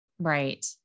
Right